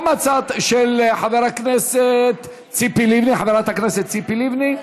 גם הצעתה של חברת הכנסת ציפי לבני,